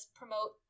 promote